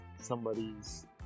somebody's